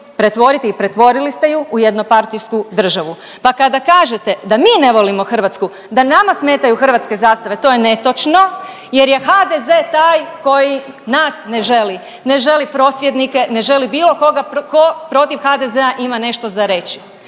pretvoriti i pretvorili ste ju u jednopartijsku državu, pa kada kažete da mi ne volimo Hrvatsku, da nama smetaju hrvatske zastave to je netočno jer je HDZ taj koji nas ne želi. Ne želi prosvjednike, ne želi bilo koga tko protiv HDZ ima nešto za reći.